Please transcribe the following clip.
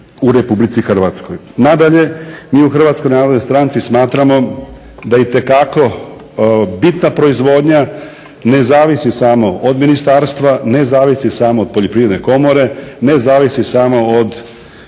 u Republici Hrvatskoj. Nadalje, mi u HNS-u smatramo da itekako bitna proizvodnja ne zavisi samo od ministarstva, ne zavisi samo od Poljoprivredne komore, ne zavisi samo od